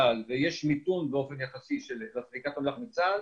מצד אחד יש רצון שיהיו תחנות משטרה בכל המקומות שהוקמו,